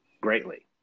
greatly